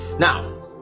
Now